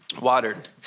watered